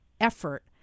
effort